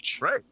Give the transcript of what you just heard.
right